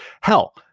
Hell